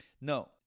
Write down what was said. No